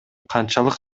канчалык